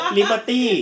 Liberty